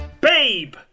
Babe